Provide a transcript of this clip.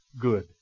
good